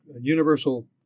universal